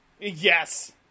Yes